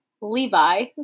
Levi